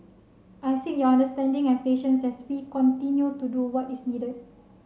I seek your understanding and patience as we continue to do what is needed